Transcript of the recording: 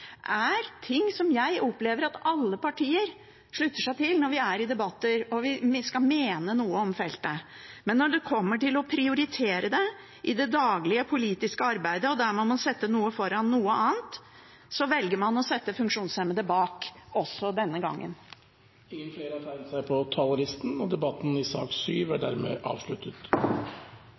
er ting som jeg opplever at alle partier slutter seg til når vi er i debatter, når vi skal mene noe om feltet. Men når det kommer til å prioritere det i det daglige politiske arbeidet, der man må sette noe foran noe annet, velger man å sette funksjonshemmede bak – også denne gangen. Flere har ikke bedt om ordet til sak nr. 7. Dermed er